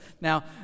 Now